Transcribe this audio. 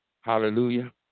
hallelujah